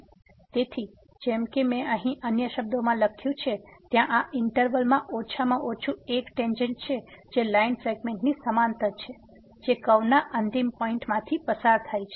તેથી જેમ કે મેં અહીં અન્ય શબ્દોમાં લખ્યું છે ત્યાં આ ઈંટરવલ માં ઓછામાં ઓછું એક ટેંજેન્ટ છે જે લાઈન સેગ્મેન્ટની સમાંતર છે જે કર્વના અંતિમ પોઈંટસ માંથી પસાર થાય છે